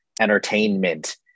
entertainment